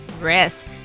risk